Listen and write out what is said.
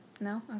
No